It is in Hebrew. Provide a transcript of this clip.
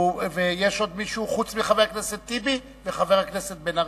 יש עוד מישהו חוץ מחבר הכנסת טיבי וחבר הכנסת בן-ארי,